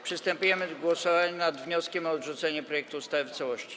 Przystępujemy do głosowania nad wnioskiem o odrzucenie projektu ustawy w całości.